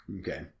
Okay